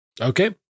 Okay